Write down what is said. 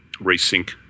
resync